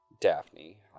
Daphne